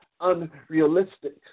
unrealistic